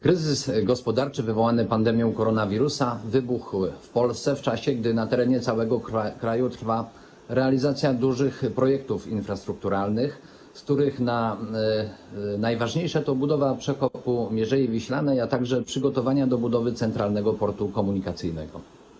Kryzys gospodarczy wywołany pandemią koronawirusa wybuchł w Polsce w czasie, gdy na terenie całego kraju trwa realizacja dużych projektów infrastrukturalnych, z których najważniejsze to budowa przekopu Mierzei Wiślanej, a także przygotowania do budowy Centralnego Portu Komunikacyjnego.